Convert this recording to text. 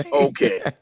Okay